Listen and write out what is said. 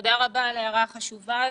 תודה רבה על ההערה החשובה הזאת.